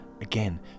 again